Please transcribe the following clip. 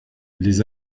les